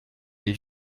les